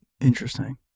Interesting